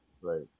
right